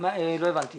לא הבנתי